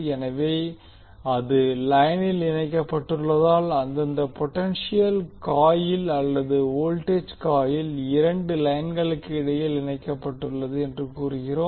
எனவே அது லைனில் இணைக்கப்பட்டுள்ளதால் அந்தந்த பொடென்ஷியல் காயில் அல்லது வோல்டேஜ் காயில் இரண்டு லைன்களுக்கு இடையில் இணைக்கப்பட்டுள்ளது என்றும் கூறுகிறோம்